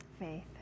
Faith